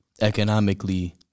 economically